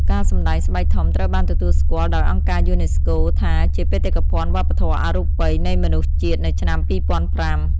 ការសម្ដែងស្បែកធំត្រូវបានទទួលស្គាល់ដោយអង្គការយូណេស្កូថាជាបេតិកភណ្ឌវប្បធម៌អរូបីនៃមនុស្សជាតិនៅឆ្នាំ២០០៥។